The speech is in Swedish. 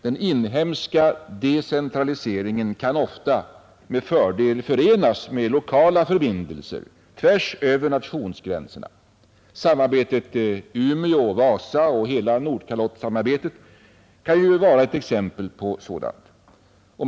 Den inhemska decentraliseringen kan ofta med fördel förenas med lokala förbindelser tvärsöver nationsgränserna. Samarbetet Umeå-Vasa och hela Nordkalottsamarbetet är exempel på sådant.